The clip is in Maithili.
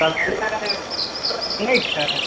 अस्सी लगा देब ठीक छै